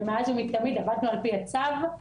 ומאז ומתמיד עבדנו על פי הצו.